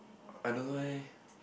I don't know leh